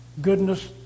goodness